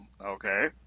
Okay